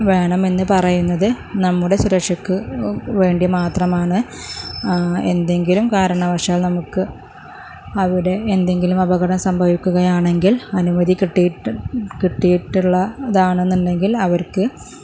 വേണമെന്ന് പറയുന്നത് നമ്മുടെ സുരക്ഷക്ക് വേണ്ടി മാത്രമാണ് എന്തെങ്കിലും കാരണവശാൽ നമുക്ക് അവിടെ എന്തെങ്കിലും അപകടം സംഭവിക്കുകയാണെങ്കിൽ അനുമതി കിട്ടിയിട്ട് കിട്ടിയിട്ടുള്ളതാണെന്നൊണ്ടെങ്കിൽ അവർക്ക്